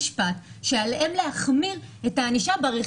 מהמתחם שדובר עליו -- שאילתי האם זה לא צריך להיות חלק מהתפיסה בהגדרה?